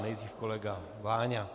Nejdřív kolega Váňa.